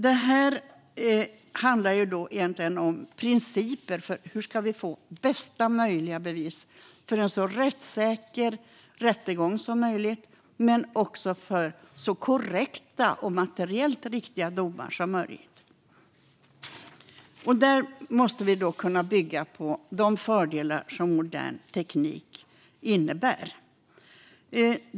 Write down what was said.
Detta handlar egentligen om principer för hur vi ska få bästa möjliga bevis för en så rättssäker rättegång som möjligt men också för så korrekta och materiellt riktiga domar som möjligt. Där måste vi kunna bygga på de fördelar som modern teknik innebär.